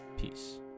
peace